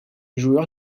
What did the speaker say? joueur